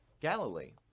Galilee